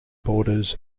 borders